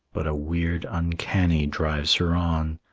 but a weird uncanny drives her on.